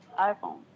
iPhone